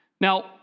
Now